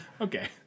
okay